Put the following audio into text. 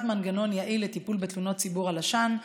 מנגנון יעיל לטיפול בתלונות ציבור על עשן.